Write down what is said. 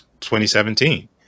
2017